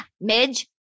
Midge